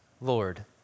Lord